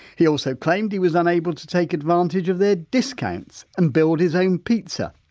he also claimed he was unable to take advantage of their discounts and build his own pizza.